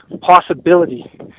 possibility